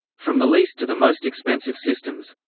from the least to the most expensive systems